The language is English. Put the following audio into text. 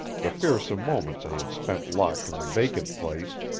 the fearsome moments i had spent locked in the vacant place,